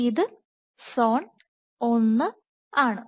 ഇത് സോൺ ഒന്ന് ആണ്